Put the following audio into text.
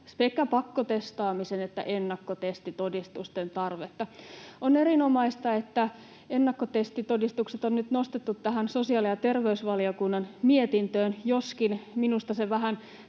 sekä pakkotestaamisen että ennakkotestitodistusten tarvetta. On erinomaista, että ennakkotestitodistukset on nyt nostettu tähän sosiaali- ja terveysvaliokunnan mietintöön, joskin minusta se vähän